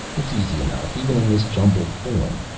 it's easy enough even in this jumbled form.